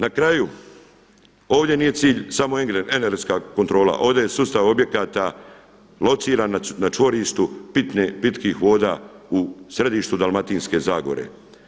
Na kraju, ovdje nije cilj samo energetska kontrola, ovdje je sustav objekata lociran na čvorištu pitkih voda u središtu Dalmatinske zagore.